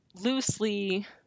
loosely